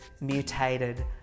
mutated